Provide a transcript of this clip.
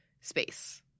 space